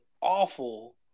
awful